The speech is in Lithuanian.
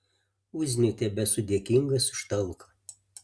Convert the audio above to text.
uzniui tebesu dėkingas už talką